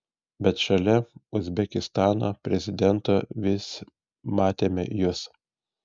bet šalia uzbekistano prezidento vis matėme jus